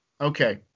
Okay